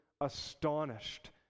astonished